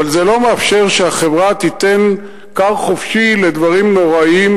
אבל זה לא מאפשר שהחברה תיתן כר חופשי לדברים נוראיים,